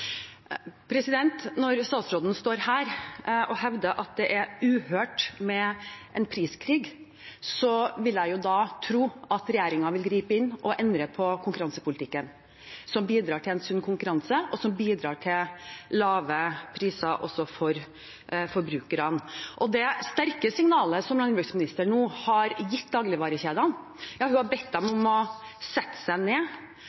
Når statsråden står her og hevder at det er uhørt med en priskrig, vil jeg tro regjeringen vil gripe inn og endre på konkurransepolitikken, som bidrar til en sunn konkurranse og lave priser for forbrukerne. Det er sterke signaler landbruksministeren nå har gitt dagligvarekjedene. Hun har bedt dem om å sette seg ned